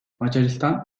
macaristan